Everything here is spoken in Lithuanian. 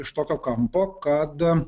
iš tokio kampo kad